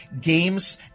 games